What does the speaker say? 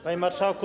Panie Marszałku!